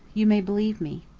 you may believe me.